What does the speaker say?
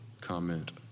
comment